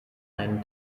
einen